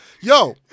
Yo